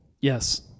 Yes